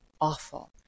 awful